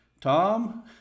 Tom